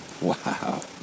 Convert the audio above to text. Wow